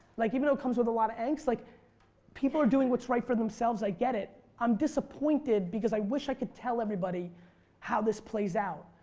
like even though comes it comes with a lot of angst. like people are doing what's right for themselves, i get it. i'm disappointed because i wish i could tell everybody how this plays out.